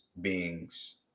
beings